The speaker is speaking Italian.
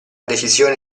decisione